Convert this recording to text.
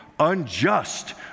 unjust